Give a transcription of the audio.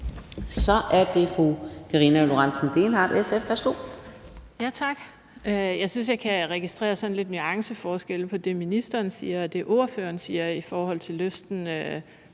Så er det fru Karina Lorentzen Dehnhardt, SF.